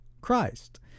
Christ